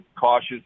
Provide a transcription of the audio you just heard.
cautious